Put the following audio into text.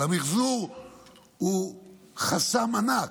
אבל המחזור הוא חסם ענק.